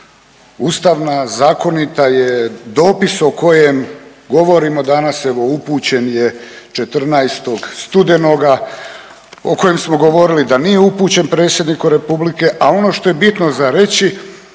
ustavna, zakonita je. Dopis o kojem govorimo danas evo upućen je 14. studenoga o kojem smo govorili da nije upućen Predsjedniku Republike. A ono što je bitno za reći